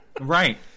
Right